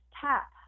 tap